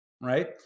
right